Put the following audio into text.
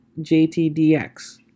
JTDX